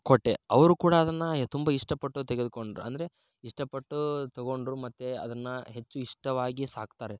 ಕೊಟ್ಟೆ ಅವರು ಕೂಡ ಅದನ್ನು ತುಂಬ ಇಷ್ಟಪಟ್ಟು ತೆಗೆದುಕೊಂಡರು ಅಂದರೆ ಇಷ್ಟಪಟ್ಟು ತೊಗೊಂಡರು ಮತ್ತು ಅದನ್ನು ಹೆಚ್ಚು ಇಷ್ಟವಾಗಿ ಸಾಕ್ತಾರೆ